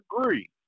agree